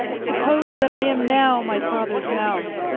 suppose that i am now my fathers mouth,